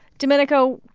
domenico,